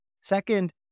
Second